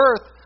earth